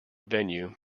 venue